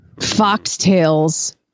Foxtails